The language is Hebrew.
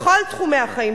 בכל תחומי החיים,